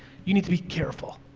you need to be careful.